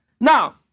Now